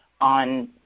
on